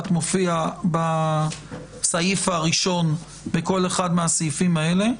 מופיע בסעיף הראשון בכל אחד מהסעיפים האלה.